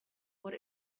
what